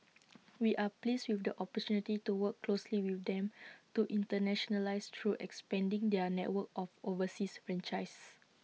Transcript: we are pleased with the opportunity to work closely with them to internationalise through expanding their network of overseas franchisees